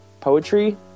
poetry